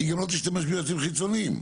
היא לא תשתמש ביועצים חיצוניים,